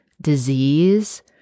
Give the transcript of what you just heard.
disease